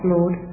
Lord